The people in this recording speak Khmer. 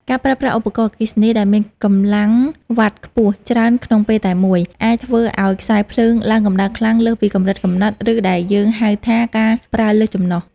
ការប្រើប្រាស់ឧបករណ៍អគ្គិសនីដែលមានកម្លាំងវ៉ាត់ខ្ពស់ច្រើនក្នុងពេលតែមួយ អាចធ្វើឱ្យខ្សែភ្លើងឡើងកម្ដៅខ្លាំងលើសពីកម្រិតកំណត់ ឬដែលយើងហៅថាការប្រើលើសចំណុះ។